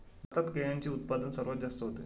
भारतात केळ्यांचे उत्पादन सर्वात जास्त होते